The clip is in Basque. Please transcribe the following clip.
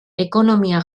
ekonomia